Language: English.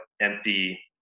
empty